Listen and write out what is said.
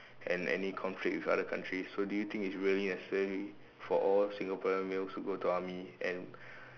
and any conflict with other country do you think it's really necessary for all Singaporean males to go to army and